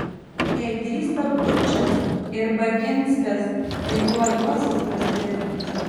jei drįsta bučas ir baginskas tai kuo juozas prastesnis